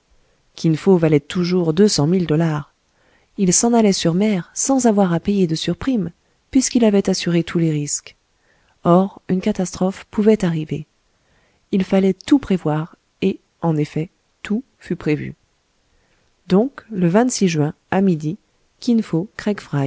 kin fo valait toujours deux cent mille dollars il s'en allait sur mer sans avoir à payer de surprimes puisqu'il avait assuré tous les risques or une catastrophe pouvait arriver il fallait tout prévoir et en effet tout fut prévu donc le juin à midi